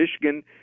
Michigan